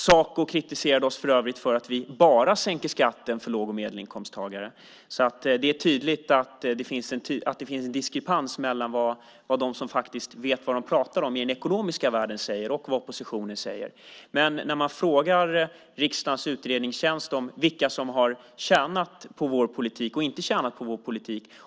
Saco kritiserade oss för övrigt för att vi bara sänker skatten för låg och medelinkomsttagare. Det är tydligt att det finns en diskrepans mellan dem som vet vad de talar om i den ekonomiska världen och vad oppositionen säger. Man kan fråga riksdagens utredningstjänst vilka som har tjänat och inte tjänat på vår politik.